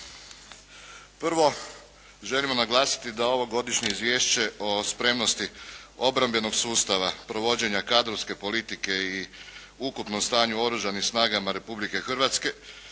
Prvo, želimo naglasiti da ovo godišnje Izvješće o spremnosti obrambenog sustava, provođenja kadrovske politike i ukupno o stanju u Oružanim snagama Republike Hrvatske